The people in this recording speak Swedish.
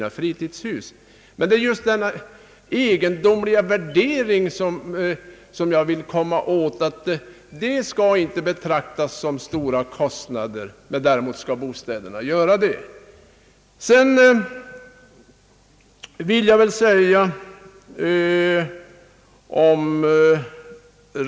Jag vill komma åt just den egendomliga värderingen att detta inte skall betraktas som stora kostnader medan däremot bostäderna skall göra det.